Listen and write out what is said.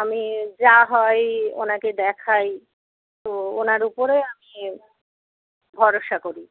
আমি যা হয় ওনাকে দেখাই তো ওনার উপরে আমি ভরসা করি